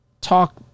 talk